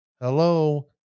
Hello